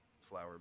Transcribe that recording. flower